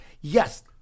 yes